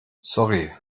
sorry